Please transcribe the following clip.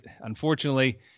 unfortunately